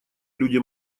люди